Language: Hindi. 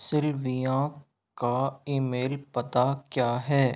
सिल्विया का ईमेल पता क्या है